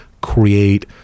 create